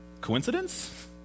Coincidence